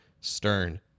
stern